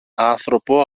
άνθρωπο